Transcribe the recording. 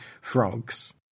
Frogs